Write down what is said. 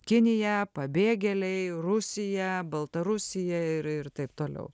kinija pabėgėliai rusija baltarusija ir ir taip toliau